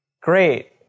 Great